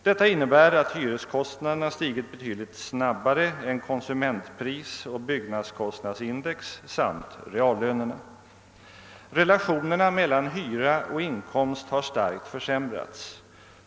Detta innebär att hyreskostnaderna stigit betydligt snabbare än konsumentprisoch byggnadskostnadsindex samt reallönerna. Relaionerna hyra/inkomst har starkt försämrats.